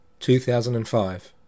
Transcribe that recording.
2005